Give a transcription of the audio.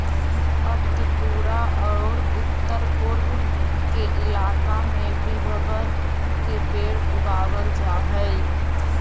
अब त्रिपुरा औउर उत्तरपूर्व के इलाका में भी रबर के पेड़ उगावल जा हई